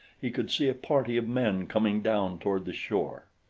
he could see a party of men coming down toward the shore.